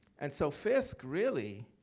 and so fisk really,